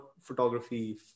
photography